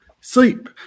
sleep